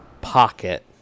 pocket